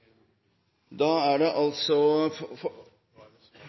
Da er det